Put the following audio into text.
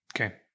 Okay